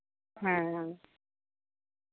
ᱦᱮᱸ